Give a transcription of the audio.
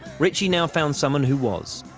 ritchie now found someone who was,